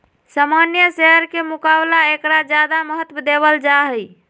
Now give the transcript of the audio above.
सामान्य शेयर के मुकाबला ऐकरा ज्यादा महत्व देवल जाहई